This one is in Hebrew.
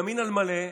ימין על מלא,